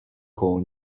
koło